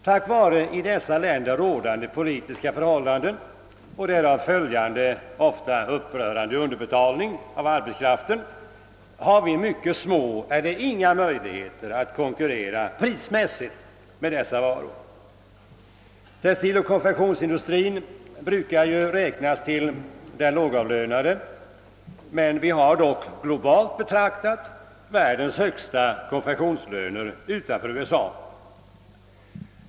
På grund av i dessa länder rådande politiska förhållanden och därav följande ofta upprörande underbetalning av arbetskraften, har vi mycket små eller inga möjligheter att konkurrera prismässigt om dessa varor. Textiloch konfektionsindustri brukar ju räknas till den lågavlönade, men vi har dock, globalt betraktat, världens högsta konfektionslöner utanför USA.